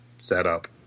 setup